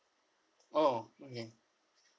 oh okay